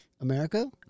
america